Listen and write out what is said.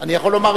אני יכול להגיד,